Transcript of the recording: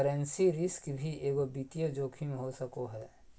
currency risk भी एगो वित्तीय जोखिम हो सको हय